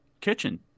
kitchen